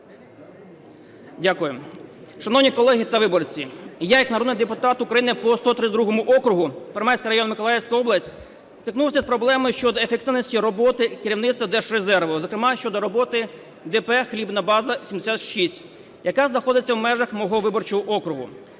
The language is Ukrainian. Дякую. Шановні колеги та виборці, я як народний депутат України по 132 округу (Первомайський район, Миколаївська область) стикнувся з проблемою щодо ефективності роботи керівництва Держрезерву, зокрема щодо роботи ДП "Хлібна база № 76", яка знаходиться в межах мого виборчого округу.